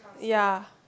ya